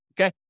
Okay